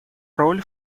роль